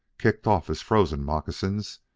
kicked off his frozen moccasins,